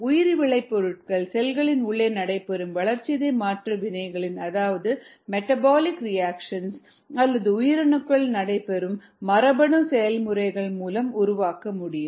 உயிரி விளைபொருட்களை செல்களின் உள்ளே நடைபெறும் வளர்சிதை மாற்ற வினைகள் அதாவது மெட்டபாலிக் ரிஆக்சன்ஸ் அல்லது உயிரணுக்களுக்குள் நடைபெறும் மரபணு செயல்முறைகள் மூலம் உருவாக்க முடியும்